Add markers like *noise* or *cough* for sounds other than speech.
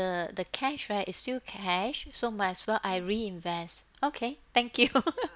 the cash right is still cash so might as well I reinvest okay thank you *laughs*